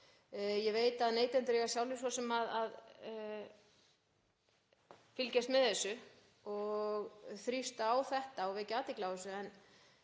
Ég veit að neytendur eiga svo sem sjálfir að fylgjast með þessu og þrýsta á þetta og vekja athygli á þessu